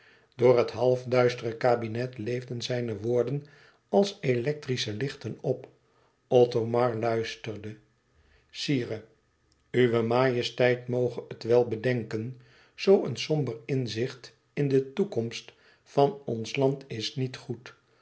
door het half duistere kabinet leefden zijne woorden als electrische lichten op othomar luisterde sire uwe majesteit moge het wel bedenken zoo een somber inzicht in de toekomst van ons land is niet goed